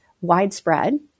widespread